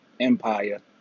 Empire